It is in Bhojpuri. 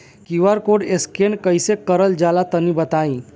क्यू.आर कोड स्कैन कैसे क़रल जला तनि बताई?